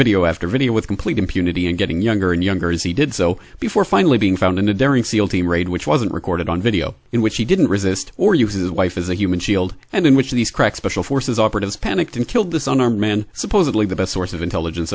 video after video with complete impunity and getting younger and younger as he did so before finally being found in a daring seal team raid which wasn't recorded on video in which he didn't resist or uses wife as a human shield and in which of these crack special forces operatives panicked and killed this an armed man supposedly the best source of intelligence